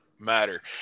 matter